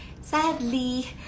Sadly